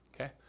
Okay